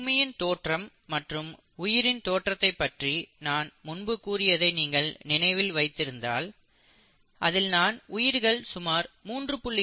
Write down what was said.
பூமியின் தோற்றம் மற்றும் உயிரின் தோற்றத்தை பற்றி நான் முன்பு கூறியதை நீங்கள் நினைவில் வைத்திருந்தால் அதில் நான் உயிர்கள் சுமார் 3